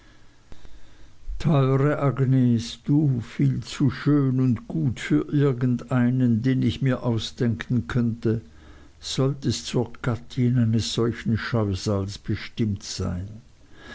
teuere agnes du viel zu gut und schön für irgendeinen den ich mir ausdenken könnte solltest zur gattin eines solchen scheusals bestimmt sein